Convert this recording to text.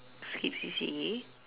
skip C_C_A